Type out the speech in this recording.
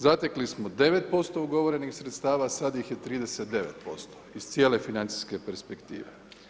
Zatekli smo 9% ugovorenih sredstava, sad ih je 39% iz cijele financijske perspektive.